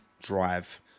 drive